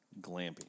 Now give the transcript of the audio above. glamping